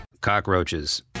cockroaches